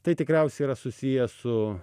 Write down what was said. tai tikriausiai yra susiję su